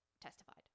testified